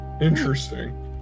Interesting